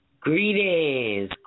greetings